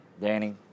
Danny